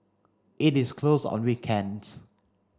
it is closed on weekends